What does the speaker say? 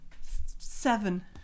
Seven